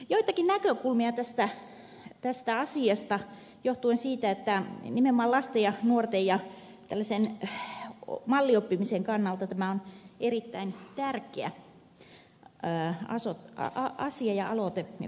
joitakin näkökulmia tästä asiasta johtuen siitä että nimenomaan lasten ja nuorten ja tällaisen mallioppimisen kannalta tämä on erittäin tärkeä asia ja aloite joka tässä on nyt käsillä